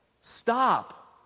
Stop